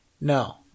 No